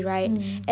mm